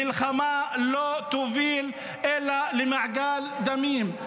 מלחמה לא תוביל אלא למעגל דמים.